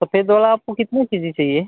सफेद वाला आपको कितने के जी चाहिए